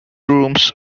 rooms